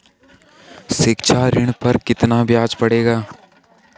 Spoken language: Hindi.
शिक्षा ऋण पर कितना ब्याज पड़ेगा?